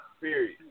Period